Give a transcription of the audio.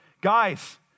guys